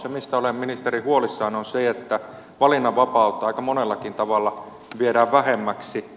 se mistä olen ministeri huolissani on se että valinnanvapautta aika monellakin tavalla viedään vähemmäksi